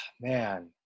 man